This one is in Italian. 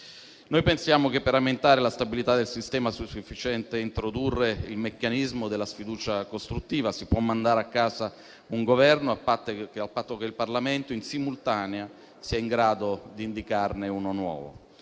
Noi pensiamo che per aumentare la stabilità del sistema sia sufficiente introdurre il meccanismo della sfiducia costruttiva: si può mandare a casa un Governo a patto che il Parlamento, in simultanea, sia in grado di indicarne uno nuovo.